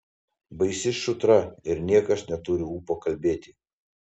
baisi šutra ir niekas neturi ūpo kalbėti